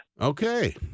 Okay